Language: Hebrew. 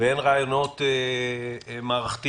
והן רעיונות מערכתיים